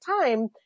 time